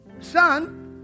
Son